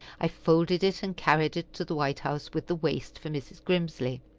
i folded it and carried it to the white house, with the waist for mrs. grimsly.